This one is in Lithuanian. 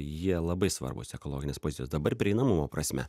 jie labai svarbūs ekologinės pozicijos dabar prieinamumo prasme